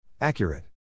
Accurate